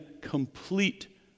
complete